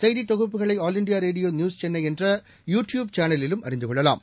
செய்தி தொகுப்புகளை all India radio news Chennai என்ற யு டியூப் சேனலிலும் அறிந்து கொள்ளலாம்